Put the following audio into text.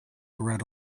bread